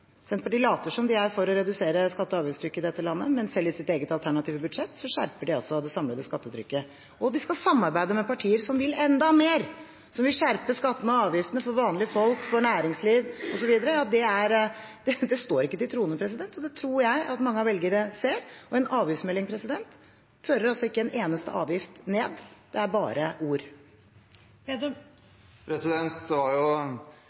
Senterpartiet later som om de er for å redusere skatte- og avgiftstrykket i dette landet, men selv i sitt eget alternative budsjett skjerper de det samlede skattetrykket. De skal også samarbeide med partier som vil enda mer, som vil skjerpe skatter og avgifter for vanlige folk, næringslivet osv. Det står ikke til troende, og det tror jeg at mange av velgerne ser. En avgiftsmelding senker ikke en eneste avgift – det er bare ord. Da Fremskrittspartiet kom i regjering, ble Tord Lien energiminister. Et av hans tydelige utspill fra da han var